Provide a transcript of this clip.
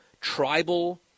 tribal